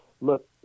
look